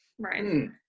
right